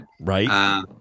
right